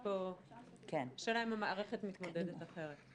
השאלה אם המערכת מתמודדת אחרת.